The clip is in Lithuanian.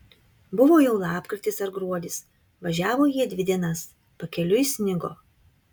buvo jau lapkritis ar gruodis važiavo jie dvi dienas pakeliui snigo